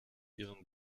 ihren